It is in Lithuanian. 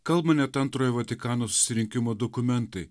kalba net antrojo vatikano susirinkimo dokumentai